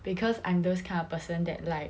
because I'm those kind of person that like